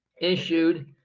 issued